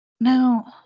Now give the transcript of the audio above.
Now